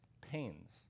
pains